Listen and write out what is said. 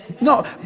no